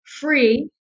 free